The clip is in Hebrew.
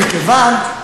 מכיוון,